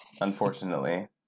Unfortunately